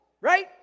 Right